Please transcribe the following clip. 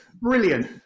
brilliant